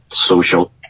social